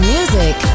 Music